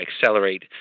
accelerate